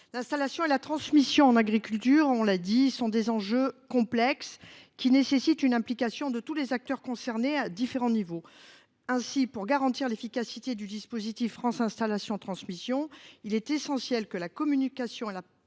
L’installation et la transmission en agriculture constituent des enjeux complexes, qui requièrent une implication de tous les acteurs concernés à différents niveaux. Ainsi, pour garantir l’efficacité du dispositif France installations transmissions, il est primordial que la communication et la